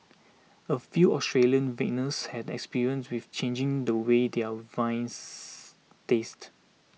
a few Australian vintners had experimented with changing the way their wines taste